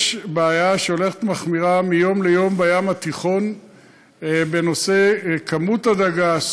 יש בעיה שהולכת ומחמירה מיום ליום בים התיכון בנושא כמות הדגה,